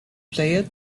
player